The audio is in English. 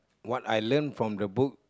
what I learn from the book